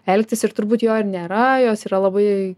elgtis ir turbūt jo ir nėra jos yra labai